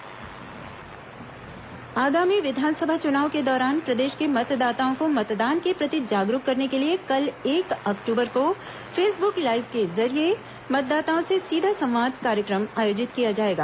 मतदाता सीधा संवाद कार्यक्रम आगामी विधानसभा चुनाव के दौरान प्रदेश के मतदाताओं को मतदान के प्रति जागरूक करने के लिए कल एक अक्टूबर को फेसबुक लाइव के जरिए मतदाताओं से सीधा संवाद कार्यक्रम आयोजित किया जाएगा